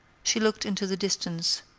she looked into the distance,